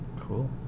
Cool